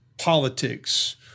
politics